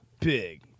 big